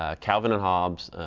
ah calvin and hobbs,